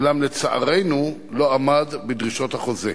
אולם לצערנו לא עמד בדרישות החוזה.